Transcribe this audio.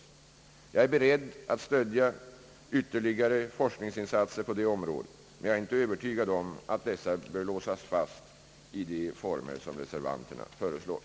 Jag är beredd att stödja ytterligare forskningsinsatser på detta område men är inte övertygad om att dessa bör låsas fast i de former som reservanterna föreslår.